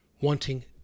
wanting